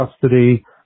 custody